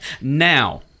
Now